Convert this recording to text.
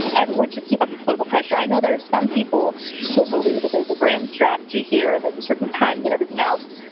everyone should keep up the political pressure. i know there are some people who believe that there's a grand strategy here, and there's a certain time know and everything else.